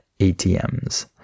ATMs